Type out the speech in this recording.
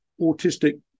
autistic